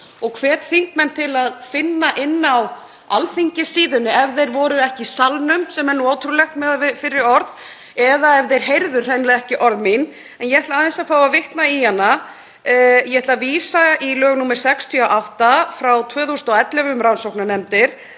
og hvet þingmenn til að finna inni á Alþingissíðunni ef þeir voru ekki í salnum, sem er ótrúlegt miðað við fyrri orð, eða ef þeir heyrðu hreinlega ekki orð mín. En ég ætla aðeins að fá að vitna í hana. Ég ætla að vísa í lög nr. 68/2011, um rannsóknarnefndir: